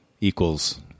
equals